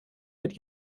mit